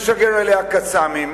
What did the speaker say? משגר אליה "קסאמים",